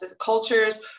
cultures